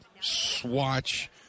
swatch